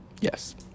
Yes